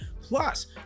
plus